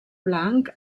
blanc